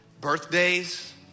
Birthdays